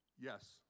Yes